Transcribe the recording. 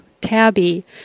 tabby